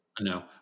No